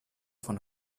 von